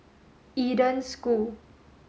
Eden School